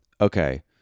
okay